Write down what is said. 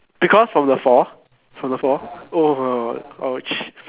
because from the fall from the fall oh !ouch!